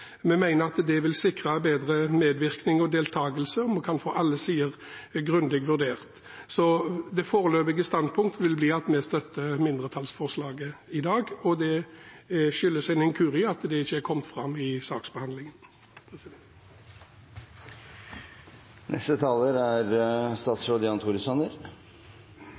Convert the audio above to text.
vi få arbeidsvilkårene behandlet på en mer helhetlig måte. Vi mener at det vil sikre bedre medvirkning og deltakelse, og en kan få alle sider grundig vurdert. Det foreløpige standpunkt vil bli at vi støtter mindretallsforslaget i dag. Det skyldes en inkurie – at det ikke er kommet fram i saksbehandlingen.